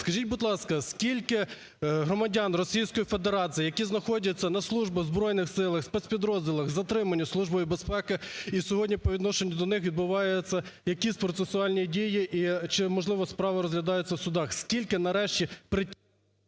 Скажіть, будь ласка, скільки громадян Російської Федерації, які знаходяться на службі в Збройних Силах, спецпідрозділах затримані Службою безпеки і сьогодні по відношенню до них відбуваються якісь процесуальні дії чи можливо справа розглядається в судах? Скільки нарешті…